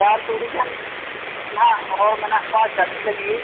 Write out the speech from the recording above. ᱪᱟᱥ ᱟᱹᱰᱤ ᱜᱟᱱ ᱱᱟᱦᱟᱜ ᱦᱚᱲ ᱢᱮᱱᱟᱜ ᱠᱚᱣᱟ ᱪᱟᱹᱥᱤ ᱞᱟᱹᱜᱤᱫ